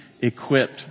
equipped